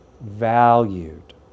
valued